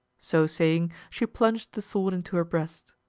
so saying she plunged the sword into her breast.